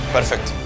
Perfect